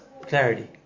clarity